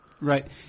Right